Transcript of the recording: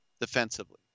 defensively